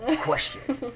question